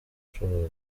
bucuruzi